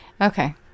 Okay